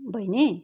बहिनी